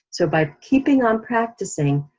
so by keeping on practicing,